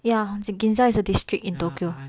ya ginza is a district in tokyo